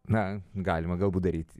na galima galbūt daryti